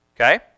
Okay